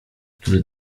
który